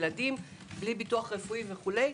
ילדים בלי ביטוח רפואי וכו',